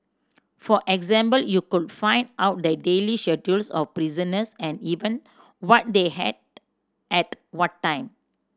for example you could find out the daily of prisoners and even what they hat ate at what time